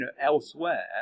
elsewhere